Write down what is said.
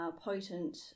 potent